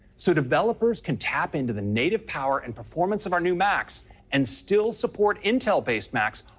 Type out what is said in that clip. so developers can tap into the native power and performance of our new macs and still support intel-based macs,